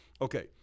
Okay